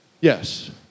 Yes